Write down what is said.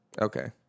Okay